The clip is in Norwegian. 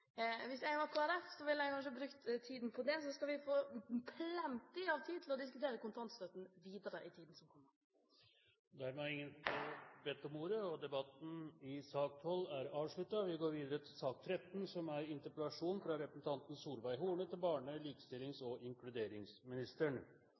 Hvis jeg var i Kristelig Folkeparti, ville jeg kanskje brukt tiden på det. Så skal vi få plenty av tid til å diskutere kontantstøtten videre i tiden som kommer. Flere har ikke bedt om ordet til sak nr. 12. «Barn er de hendene som vi griper himmelen med.» Dette ordtaket fra 1800-tallet er